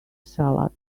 salad